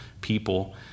people